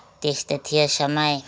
त्यस्तो थियो समय